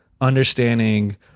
understanding